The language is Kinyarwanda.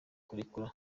kurekura